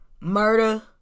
murder